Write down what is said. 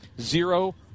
zero